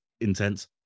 intense